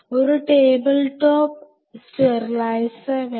ഒരു table top sterilizer വേണം